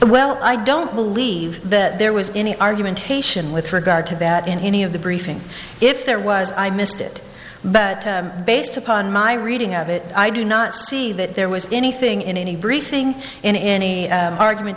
well i don't believe that there was any argumentation with regard to that in any of the briefing if there was i missed it but based upon my reading of it i do not see that there was anything in any briefing in any argument